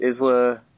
Isla